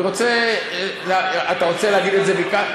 אני רוצה, אתה רוצה להגיד את זה מכאן?